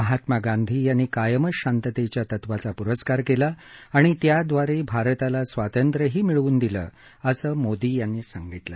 महात्मा गांधींनी कायमच शांततेच्या तत्वाचा प्रस्कार केला आणि त्याद्वारेभारताला स्वातंत्र्यही मिळवून दिलं असं मोदी यांनी सांगितलं